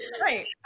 right